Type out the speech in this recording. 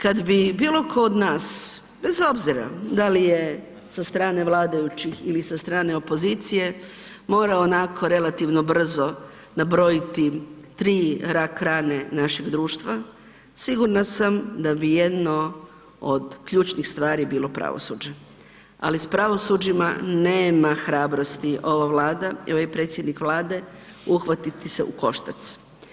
Kad bi bilo tko od nas, bez obzira da li je sa strane vladajućih ili sa strane opozicije, morao onako relativno brzo nabrojiti tri rak rane našeg društva, sigurna sam da bi jedno od ključnih stvari bilo pravosuđe, ali s pravosuđima nema hrabrosti ova Vlada i ovaj predsjednik Vlade uhvatiti se u koštac.